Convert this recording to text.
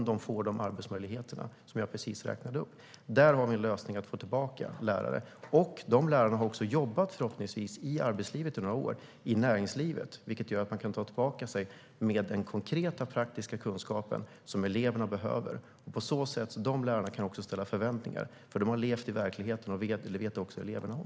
Det är en lösning för att få tillbaka lärare. Eftersom dessa lärare har jobbat i näringslivet i några år har de den konkreta praktiska kunskap som eleverna behöver. Dessa lärare kan ställa krav eftersom de har levt i verkligheten, och det vet eleverna om.